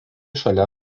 šalia